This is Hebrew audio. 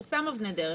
הוא שם אבני דרך.